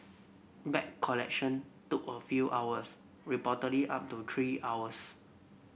bag collection took a few hours reportedly up to three hours